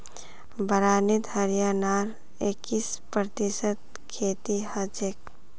बारानीत हरियाणार इक्कीस प्रतिशत खेती हछेक